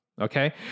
okay